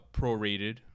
prorated